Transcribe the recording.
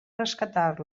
rescatar